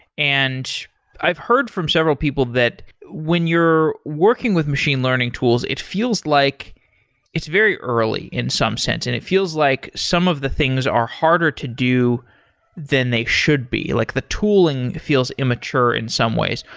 and i've heard from several people that when you're working with machine learning tools, it feels like it's early in some sense and it feels like some of the things are harder to do than they should be. like the tooling feels immature in some ways.